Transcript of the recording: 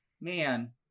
man